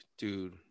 dude